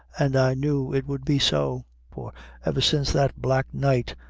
an' i knew it would be so for ever since that black night,